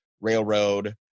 railroad